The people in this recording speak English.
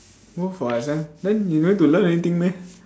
go for exam then you don't need to learn anything meh